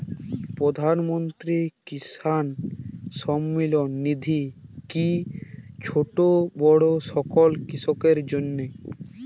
প্রধানমন্ত্রী কিষান সম্মান নিধি কি ছোটো বড়ো সকল কৃষকের জন্য?